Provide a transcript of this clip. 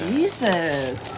Jesus